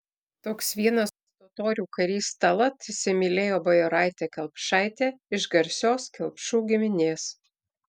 toks vienas totorių karys tallat įsimylėjo bajoraitę kelpšaitę iš garsios kelpšų giminės